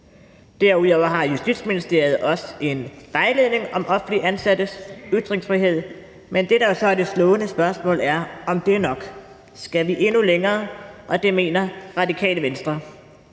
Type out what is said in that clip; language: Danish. Derudover har Justitsministeriet også en vejledning om offentligt ansattes ytringsfrihed. Men det, der jo så er det slående spørgsmål, er, om det er nok. Skal vi endnu længere? Det mener Radikale Venstre.